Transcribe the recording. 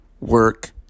work